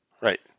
Right